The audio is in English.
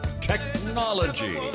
technology